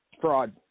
Fraud